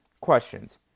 questions